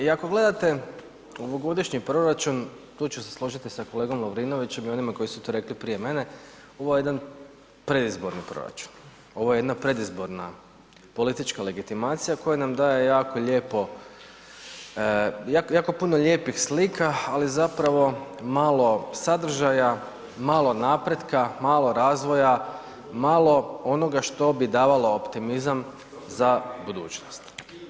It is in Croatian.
I ako gledate ovogodišnji proračun, tu ću se složiti sa kolegom Lovrinovićem i onima koji su to rekli prije mene, ovo je jedan predizborni proračun, ovo je jedna predizborna politička legitimacija koja nam daje jako lijepo, jako puno lijepih slika ali zapravo malo sadržaja, malo napretka, malo razvoja, malo onoga što bi davalo optimizam za budućnost.